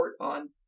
on